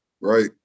right